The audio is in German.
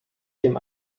dem